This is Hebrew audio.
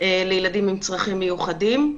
לילדים עם צרכים מיוחדים.